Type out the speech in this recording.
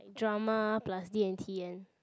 drama plus D and T and